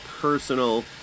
personal